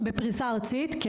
כן, בפריסה ארצית.